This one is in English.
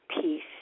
Peace